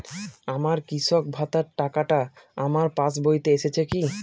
আমার কৃষক ভাতার টাকাটা আমার পাসবইতে এসেছে কি?